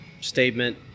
statement